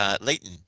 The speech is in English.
Leighton